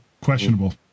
Questionable